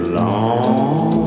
long